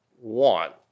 want